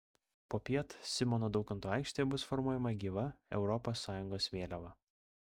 popiet simono daukanto aikštėje bus formuojama gyva europos sąjungos vėliava